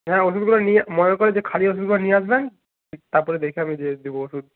হ্যাঁ ওষুধগুলো নিয়ে মনে করে যে খালি ওষুধগুলো নিয়ে আসবেন তার পরে দেখে আমি দিয়ে দেবো ওষুধ